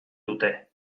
dute